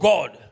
God